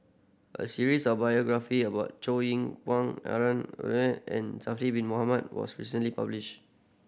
a series of biography about Chow Yian Harun and Zulkifli Bin Mohamed was recently publish